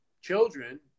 Children